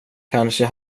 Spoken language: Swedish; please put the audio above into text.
kanske